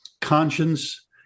conscience